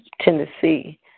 Tennessee